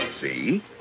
See